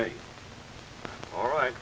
me all right